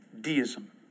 deism